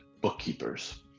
bookkeepers